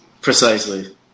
Precisely